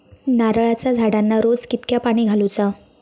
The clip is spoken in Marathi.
नारळाचा झाडांना रोज कितक्या पाणी घालुचा?